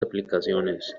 aplicaciones